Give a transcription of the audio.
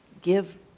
Give